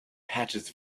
patches